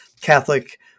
Catholic